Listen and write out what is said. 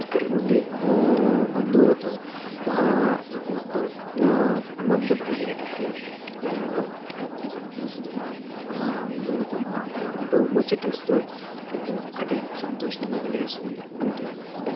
ఇక్కడి నుండి బంధువులతో ప్రతి ఒక్కరూ కుటుంబంతో బయలుదేరేటప్పుడు రైలులో ఎక్కువ సంతోషంగా నలుగురితో మాట్లాడుకుంటూ ముచ్చటిస్తూ ప్రతి ఒక్కటి సంతోషంగా కలిగిస్తుంది అంతే కాకుండా